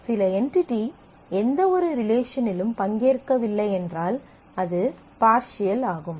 சில என்டிடி எந்தவொரு ரிலேஷனிலும் பங்கேற்கவில்லை என்றால் அது பார்சியல் ஆகும்